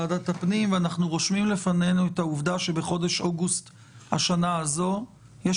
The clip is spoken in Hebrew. אנחנו רושמים לפנינו את העובדה שבחודש אוגוסט השנה הזאת יש